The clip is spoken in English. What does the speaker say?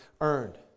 earned